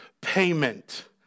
payment